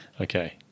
Okay